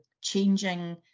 changing